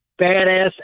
badass